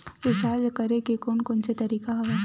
Recharge करे के कोन कोन से तरीका हवय?